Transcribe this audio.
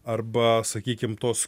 arba sakykim tos